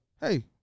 hey